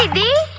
ah da